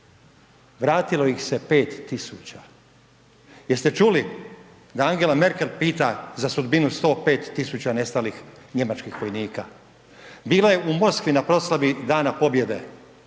Vratilo ih se 5 tisuća. Jeste čuli da Angela Merkel pita za sudbinu 105 tisuća nestalih njemačkih vojnika bila je u Moskvi na proslavi Dana pobjede